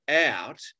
out